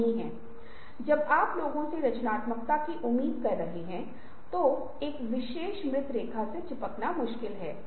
तो प्यास और ठंढ और कांगो और बोंगो वे इस तरह के मैच हैं तो शायद आप एक संगीत वाद्ययंत्र के बारे में सोच सकते हैं